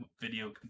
video